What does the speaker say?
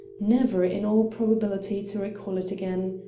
never in all probability to recall it again.